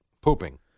Pooping